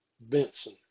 Benson